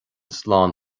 slán